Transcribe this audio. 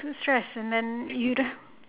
too stressed and then you do~